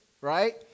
right